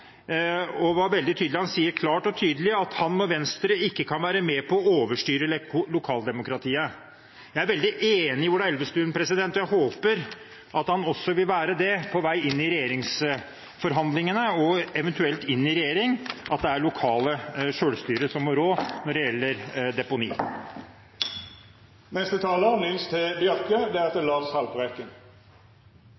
og var veldig tydelig. Han sa klart og tydelig at han og Venstre ikke kan være med på å overstyre lokaldemokratiet. Jeg er veldig enig med Ola Elvestuen, og jeg håper at han også på vei inn i regjeringsforhandlingene og eventuelt inn i regjering vil mene at det er det lokale selvstyret som må rå når det gjelder deponi.